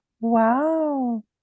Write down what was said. Wow